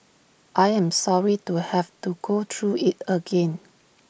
I am sorry to have to go through IT again